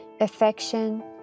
affection